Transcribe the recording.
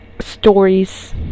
stories